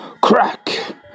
Crack